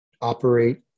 operate